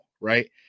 right